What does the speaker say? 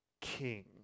king